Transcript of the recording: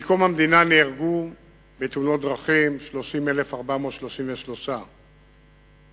מאז קום המדינה נהרגו בתאונות דרכים 30,433 אזרחים,